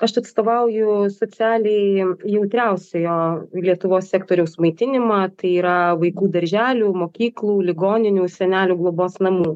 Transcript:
aš atstovauju socialiai jautriausiojo lietuvos sektoriaus maitinimą tai yra vaikų darželių mokyklų ligoninių senelių globos namų